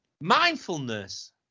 Mindfulness